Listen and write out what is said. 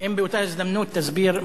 אם באותה הזדמנות תסביר,